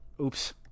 oops